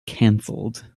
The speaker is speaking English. cancelled